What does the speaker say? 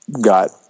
got